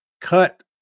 cut